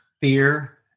Fear